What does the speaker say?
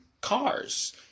cars